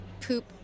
Poop